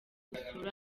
gusura